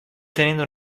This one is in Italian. tenendo